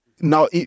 Now